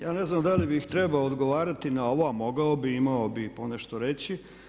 Ja ne znam da li bih trebao odgovarati na ovo, a mogao bih, imao bih ponešto reći.